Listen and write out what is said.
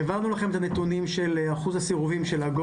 העברנו לכם את הנתונים של אחוז הסירובים של ה-Go